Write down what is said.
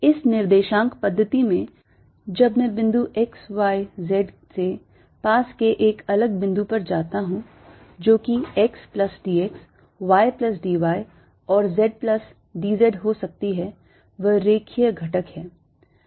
इस निर्देशांक पद्धति में जब मैं बिंदु x y z से पास के एक अगल बिंदु पर जाता हूं जो कि x plus d x y plus d y और z plus d z हो सकती है वह रेखीय घटकहै